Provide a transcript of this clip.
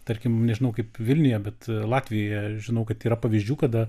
tarkim nežinau kaip vilniuje bet latvijoje žinau kad yra pavyzdžių kada